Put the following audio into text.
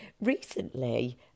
recently